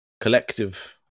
collective